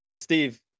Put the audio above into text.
Steve